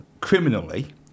criminally